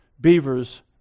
Beavers